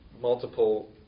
multiple